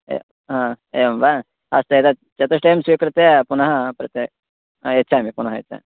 एव् अ एवं वा अस्तु एतत् चतुष्टयं स्वीकृत्य पुनः प्रत्ययच्छामि पुनः यच्छामि